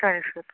ಸರಿ ಸರ್